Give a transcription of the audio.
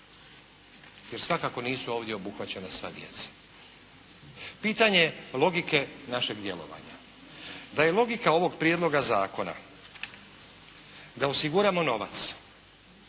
jer svakako n isu ovdje obuhvaćena sva djeca. Pitanje logike našeg djelovanja. Da je logika ovog prijedloga zakona da osiguramo novac